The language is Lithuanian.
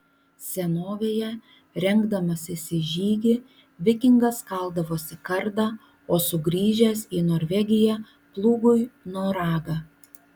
senovėje rengdamasis į žygį vikingas kaldavosi kardą o sugrįžęs į norvegiją plūgui noragą